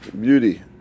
beauty